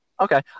Okay